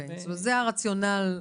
זה הרציונל,